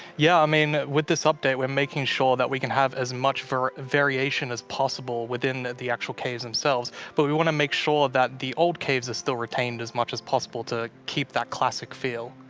yeah. i mean, with this update, we're making sure that we can have as much for variation as possible within the actual caves themselves. but we want to make sure that the old caves are still retained as much as possible to keep that classic feel.